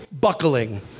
buckling